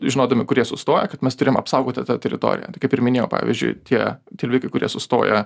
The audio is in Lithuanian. žinodami kur jie sustoja kad mes turim apsaugoti tą teritoriją tai kaip ir minėjau pavyzdžiui tie tilvikai kurie sustoja